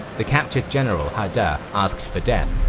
the captured general hada asked for death,